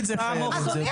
אדוני,